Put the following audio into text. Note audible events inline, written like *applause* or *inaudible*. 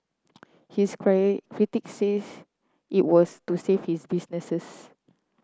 his *unintelligible* critic says it was to save his businesses